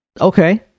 Okay